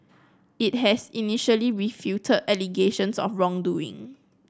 it had initially refuted allegations of wrongdoing